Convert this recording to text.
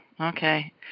okay